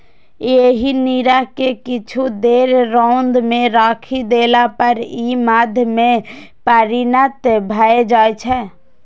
एहि नीरा कें किछु देर रौद मे राखि देला पर ई मद्य मे परिणत भए जाइ छै